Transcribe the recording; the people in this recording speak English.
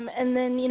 and then, you know